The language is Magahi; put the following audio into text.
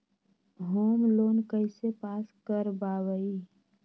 होम लोन कैसे पास कर बाबई?